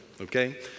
Okay